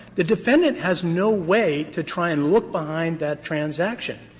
the defendant has no way to try and look behind that transaction.